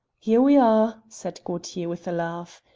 here we are, said gaultier with a laugh.